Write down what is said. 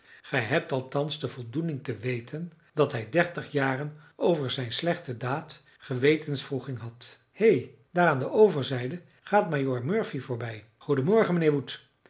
gij hebt althans de voldoening te weten dat hij dertig jaren over zijn slechte daad gewetenswroeging had hé daar aan de overzijde gaat majoor murphy voorbij goeden morgen